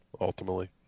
ultimately